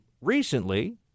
recently